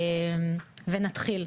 נתחיל.